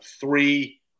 three